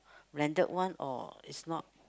branded one or it's not